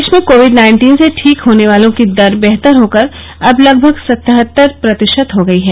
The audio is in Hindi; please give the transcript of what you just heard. देश में कोविड नाइन्टीन से ठीक होने वालों की दर बेहतर होकर अब लगभग सतहत्तर प्रतिशत हो गई है